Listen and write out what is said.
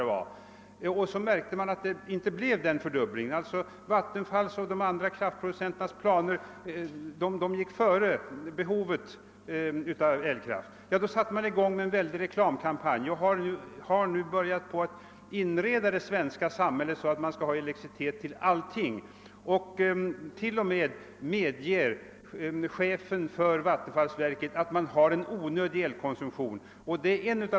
Sedan märkte man att dessa beräkningar inte höll. Vattenfalls och de övriga kraftproducenternas planer gick före utvecklingen och behovet av elkraft blev inte så stort som man hade räknat med. Då drev man i gång en väldig reklamkampanj och började inreda det svenska samhället så att man skulle ha elström till allting. Chefen för Vattenfall medger t.o.m. att man har en onödig elkonsumtion.